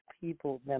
people